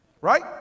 right